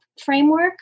framework